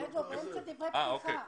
אלה דברי פתיחה.